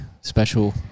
special